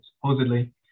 Supposedly